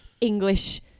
English